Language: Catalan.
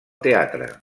teatre